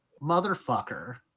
motherfucker